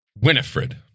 Winifred